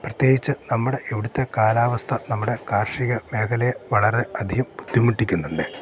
പ്രത്യേകിച്ച് നമ്മുടെ ഇവിടുത്തെ കാലാവസ്ഥ നമ്മുടെ കാർഷിക മേഖലയെ വളരെ അധികം ബുദ്ധിമുട്ടിക്കുന്നുണ്ട്